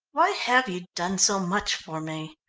why have you done so much for me?